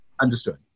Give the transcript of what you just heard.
understood